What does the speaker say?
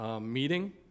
meeting